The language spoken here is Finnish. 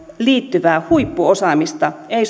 liittyvää huippuosaamista ei